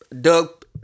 Doug